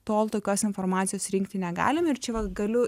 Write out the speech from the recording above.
tol tokios informacijos rinkti negalim ir čia vat galiu